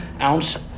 ounce